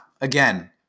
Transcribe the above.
again